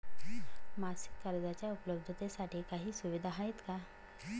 मासिक कर्जाच्या उपलब्धतेसाठी काही सुविधा आहे का?